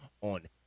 on